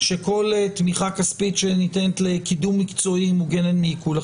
שכל תמיכה כספית שניתנת לקידום מקצועי היא מוגנת מעיקול,